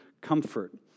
comfort